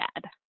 dad